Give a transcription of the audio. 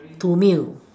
to meal